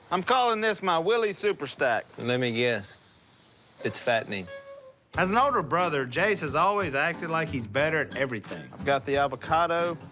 i'm calling this my willie superstack. let me guess it's fattening. willie as an older brother, jase has always acted like he's better at everything. i've got the avocado,